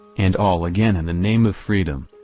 and all again in the name of freedom!